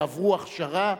יעברו הכשרה,